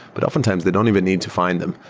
but oftentimes they don't even need to find them.